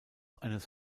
eines